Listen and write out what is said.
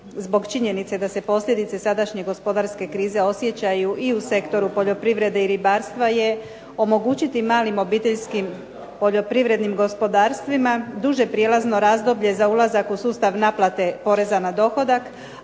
zbog činjenice da se posljedice sadašnje gospodarske krize osjećaju i u sektoru poljoprivrede i ribarstva je omogućiti malim obiteljskim poljoprivrednim gospodarstvima duže prijelazno razdoblje za ulazak u sustav naplate poreza na dohodak,